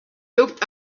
looked